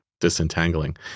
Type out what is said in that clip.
disentangling